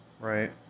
right